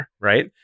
Right